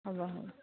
হ'ব হ'ব